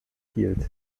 field